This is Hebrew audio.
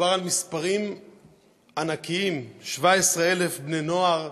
מדובר על מספרים ענקיים, 17,000 בני-נוער.